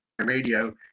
radio